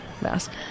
mask